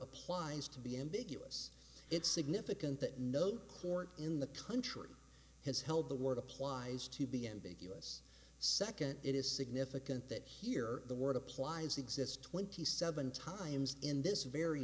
applies to be ambiguous it's significant that no court in the country has held the word applies to be ambiguous second it is significant that here the word applies exists twenty seven times in this very